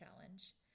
challenge